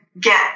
get